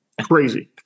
crazy